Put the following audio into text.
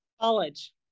college